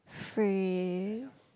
phrase